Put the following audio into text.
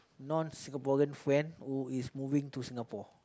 non Singaporean friend who is moving to Singapore